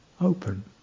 open